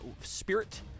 spirit